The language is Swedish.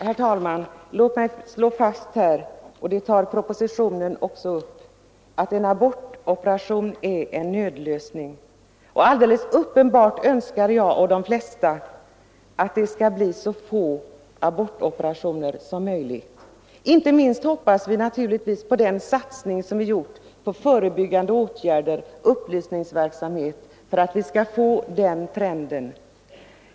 Herr talman! Låt mig slå fast — och detta tar också propositionen upp — att en abortoperation är en nödlösning. Alldeles uppenbart önskar jag och de flesta av oss att det skall bli så få abortoperationer som möjligt. Inte minst hoppas vi naturligtvis på den satsning som vi har gjort på förebyggande åtgärder och upplysningsverksamhet för att vi skall få en minskning av antalet abortoperationer.